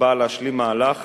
שבאה להשלים מהלך